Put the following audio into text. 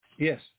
Yes